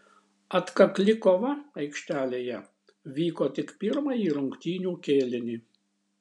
atkakli kova aikštelėje vyko tik pirmąjį rungtynių kėlinį